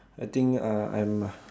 I think uh I'm